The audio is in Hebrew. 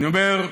אני אומר: